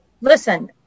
listen